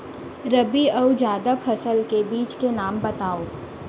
रबि अऊ जादा फसल के बीज के नाम बताव?